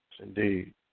Indeed